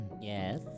yes